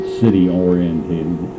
city-oriented